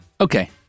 Okay